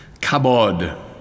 kabod